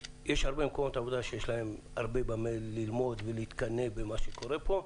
יש הרבה מקומות עבודה שיש להם הרבה מה ללמוד ולהתקנא במה שקורה פה.